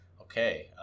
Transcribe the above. okay